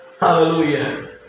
Hallelujah